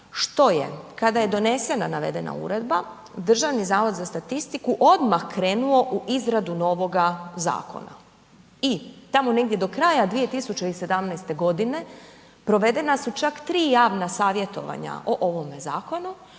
što je kada je donesena navedena uredba Državni zavod za statistiku odmah krenuo u izradu novoga zakona. I tamo negdje od kraja 2017. godine provedena su čak 3 javna savjetovanja o ovome zakonu